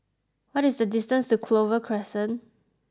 what is the distance to Clover Crescent